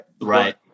Right